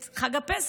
את חג הפסח.